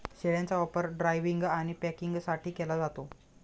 शेळ्यांचा वापर ड्रायव्हिंग आणि पॅकिंगसाठी केला जातो